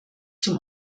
zum